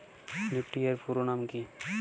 Nifty এর পুরোনাম কী?